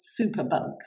superbugs